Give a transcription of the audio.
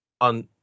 on